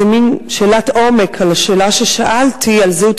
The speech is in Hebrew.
זו מין שאלת עומק על השאלה ששאלתי על זהות